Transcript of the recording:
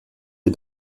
des